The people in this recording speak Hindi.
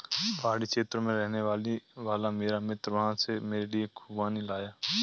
पहाड़ी क्षेत्र में रहने वाला मेरा मित्र वहां से मेरे लिए खूबानी लाया